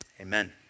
Amen